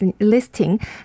listing